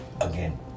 again